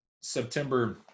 September